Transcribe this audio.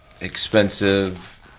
expensive